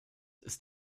ist